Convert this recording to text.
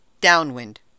Downwind